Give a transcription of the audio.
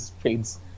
trades